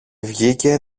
βγήκε